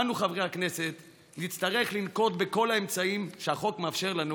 אנו חברי הכנסת נצטרך לנקוט את כל האמצעים שהחוק מאפשר לנו